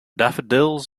daffodils